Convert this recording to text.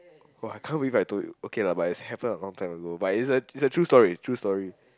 !wah! I can't believe I told you but its happen a long time ago but it's a true story true story